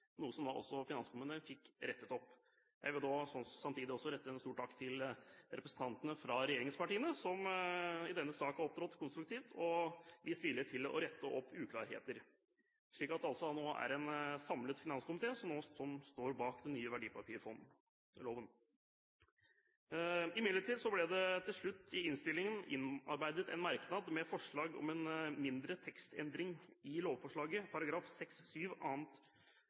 noe finanskomiteen fikk rettet opp. Jeg vil samtidig rette en stor takk til representantene fra regjeringspartiene som i denne sak har opptrådt konstruktivt og har vist vilje til å rette opp uklarheter, slik at det nå er en samlet finanskomité som står bak den nye verdipapirfondloven. Det ble til slutt i innstillingen innarbeidet en merknad med forslag om en mindre tekstendring i lovforslagets § 6-7 annet ledd annet